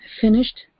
finished